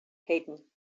haydn